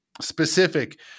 specific